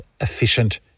efficient